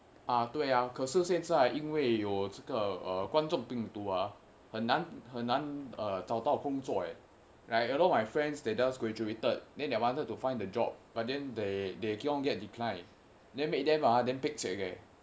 ah 对呀可是现在因为有这个呃观众病毒啊很难很难找到工作诶:dui ya ke shi xian zai yin wei you zhe ge eai guan zhong bing du a hen nan hen nan zhao dao gong zuo ei like alot my friends they just graduated and wanted to find a job but then they they keep on getting declined then make them damn pekcek leh